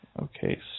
Okay